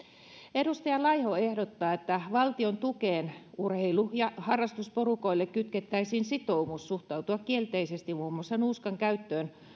edustaja laiho ehdottaa että valtion tukeen urheilu ja harrastusporukoille kytkettäisiin sitoumus suhtautua kielteisesti muun muassa nuuskan käyttöön